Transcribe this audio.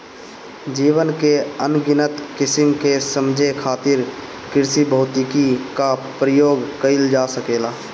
जीवन के अनगिनत किसिम के समझे खातिर कृषिभौतिकी क प्रयोग कइल जा सकेला